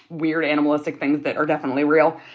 weird animalistic things that are definitely real.